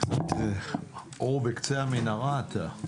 קצת אור בקצה המנהרה אתה.